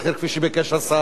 כפי שביקש השר,